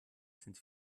sind